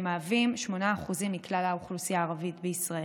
שמהווים 8% מכלל האוכלוסייה הערבית בישראל.